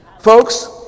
Folks